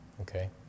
Okay